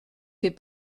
fait